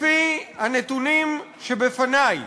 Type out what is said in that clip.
לפי הנתונים שבפני,